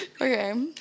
Okay